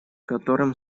которым